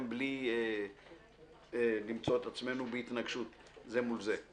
בלי למצוא את עצמנו בהתנגשות זה מול זה.